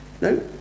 no